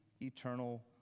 eternal